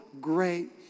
great